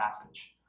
passage